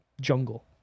jungle